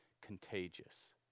contagious